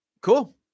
Cool